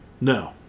no